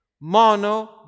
mono